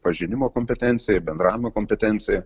pažinimo kompetencija bendravimo kompetencija